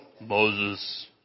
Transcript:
Moses